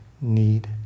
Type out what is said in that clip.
need